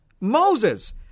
moses